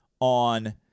on